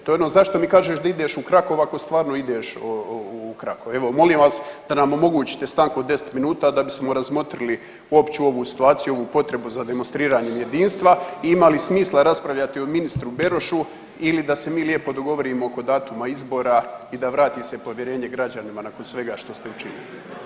To je ono zašto mi kažeš da ideš u Krakow ako stvarno ideš u Krakow, evo molim vas da nam omogućite stanku od 10 minuta da bismo razmotrili uopće ovu situaciju i ovu potrebu za demonstriranjem jedinstva i ima li smisla raspravljati o ministru Berošu ili da se mi lijepo dogovorimo oko datuma izbora i da vrati se povjerenje građanima nakon svega što ste učinili.